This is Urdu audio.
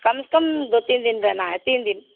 کم سے کم دو تین دن رہنا ہے تین دن